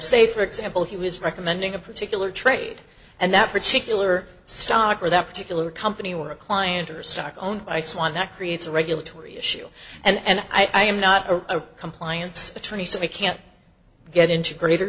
say for example he was recommending a particular trade and that particular stock or that particular company were a client or stock owned by someone that creates a regulatory issue and i am not a compliance attorney so we can't get into greater